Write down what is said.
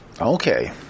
Okay